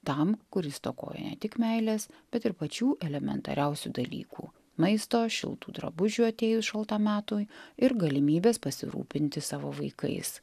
tam kuris stokoja ne tik meilės bet ir pačių elementariausių dalykų maisto šiltų drabužių atėjus šaltam metui ir galimybės pasirūpinti savo vaikais